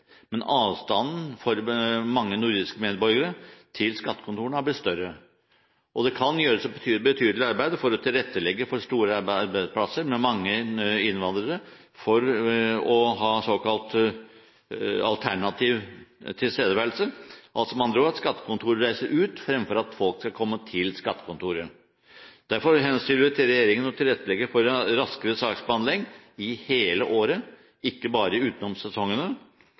men avstanden til skattekontorene har for mange nordiske medborgere blitt større. For store arbeidsplasser med mange innvandrere kan det gjøres et betydelig arbeid med å tilrettelegge for å ha såkalt alternativ tilstedeværelse, altså med andre ord at skattekontoret reiser ut, fremfor at folk skal komme til skattekontoret. Derfor henstiller vi til regjeringen om å tilrettelegge for raskere saksbehandling gjennom hele året – ikke bare